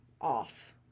off